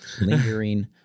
lingering